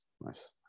nice